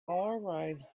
arrived